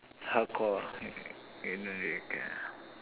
hardcore ah